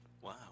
Wow